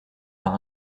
par